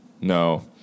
No